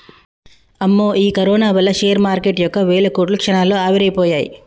అమ్మో ఈ కరోనా వల్ల షేర్ మార్కెటు యొక్క వేల కోట్లు క్షణాల్లో ఆవిరైపోయాయి